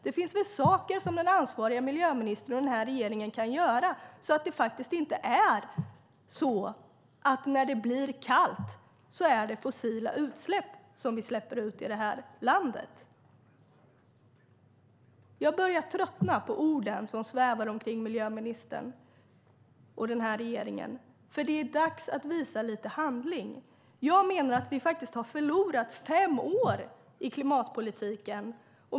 Det finns väl saker som den ansvariga miljöministern och den här regeringen kan göra så att det inte är fossila utsläpp som vi gör när det blir kallt i det här landet? Jag börjar tröttna på orden som svävar omkring miljöministern och regeringen. Det är dags att visa lite handling! Jag menar att vi har förlorat fem år i klimatpolitiken.